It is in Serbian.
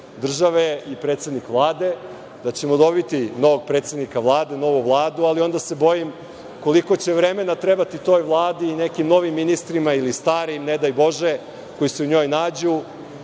države i predsednik Vlade, da ćemo dobiti novog predsednika Vlade, novu Vladu, ali onda se bojim koliko će vremena trebati toj Vladi i nekim novim ministrima ili starim, ne daj Bože, koji se u njoj nađu,